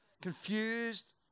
confused